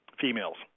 females